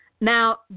Now